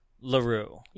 LaRue